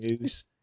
news